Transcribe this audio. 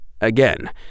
again